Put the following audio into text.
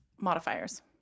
modifiers